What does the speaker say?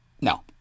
No